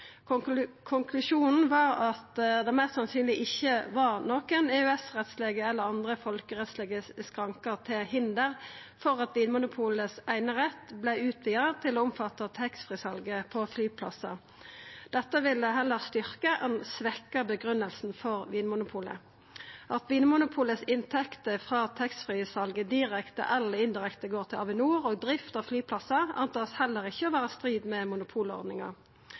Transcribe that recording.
Konklusjonen var at det mest sannsynleg ikkje er EØS-rettslege eller andre folkerettslege skrankar til hinder for at Vinmonopolets einerett vert utvida til å omfatta taxfree-salet på flyplassar. Det vil heller styrkja enn svekkja grunngivinga for Vinmonopolet. At Vinmonopolets inntekter frå taxfree-salet direkte eller indirekte går til Avinor og drift av flyplassar, reknar ein heller ikkje med er i strid med monopolordninga.